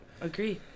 Agree